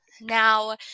Now